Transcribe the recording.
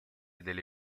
delle